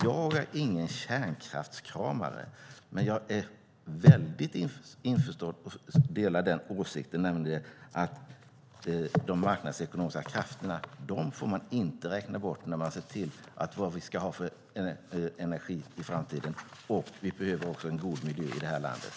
Jag är ingen kärnkraftskramare, men jag delar helt åsikten att vi inte får räkna bort de marknadsekonomiska krafterna när vi väljer vilken energi vi ska ha i framtiden. Vi behöver en god miljö i det här landet.